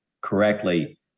correctly